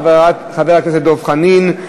חבר הכנסת דב חנין,